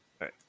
right